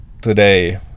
today